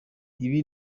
ibi